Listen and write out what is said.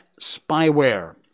spyware